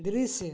दृश्य